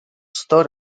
sto